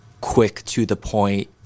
quick-to-the-point